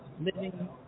living